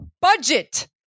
Budget